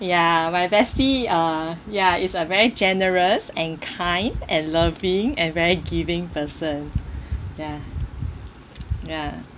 ya my bestie uh ya is a very generous and kind and loving and very giving person ya ya